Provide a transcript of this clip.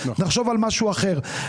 נחשוב על משהו אחר.